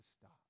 stop